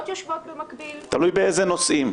יושבות במקביל -- תלוי באיזה נושאים.